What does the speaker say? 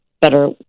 better